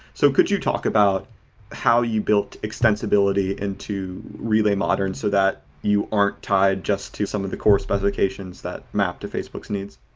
so could you talk about how you built extensibility into relay modern so that you aren't tied just to some of the core specifications that mapped to facebook's needs?